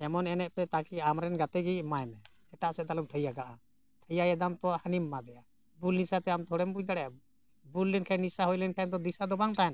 ᱮᱢᱚᱱ ᱮᱱᱮᱡ ᱯᱮ ᱛᱟᱠᱤ ᱟᱢᱨᱮᱱ ᱜᱟᱛᱮ ᱜᱮ ᱮᱢᱟᱭ ᱢᱮ ᱮᱴᱟᱜ ᱥᱮᱫ ᱫᱚ ᱟᱞᱚᱢ ᱛᱷᱤᱭᱟᱹ ᱠᱟᱜᱼᱟ ᱛᱷᱤᱭᱟᱹᱭᱮᱫᱟᱢ ᱛᱚ ᱦᱟᱹᱱᱤᱢ ᱮᱢᱟᱫᱮᱭᱟ ᱵᱩᱞ ᱦᱤᱥᱟᱹᱛᱮ ᱟᱢ ᱛᱷᱚᱲᱮᱢ ᱵᱩᱡᱽ ᱫᱟᱲᱮᱭᱟᱜᱼᱟ ᱵᱩᱞ ᱞᱮᱱᱠᱷᱟᱱ ᱱᱤᱥᱟᱹ ᱦᱩᱭ ᱞᱮᱱ ᱠᱷᱟᱱ ᱫᱚ ᱫᱤᱥᱟ ᱫᱚ ᱵᱟᱝ ᱛᱟᱦᱮᱱᱟ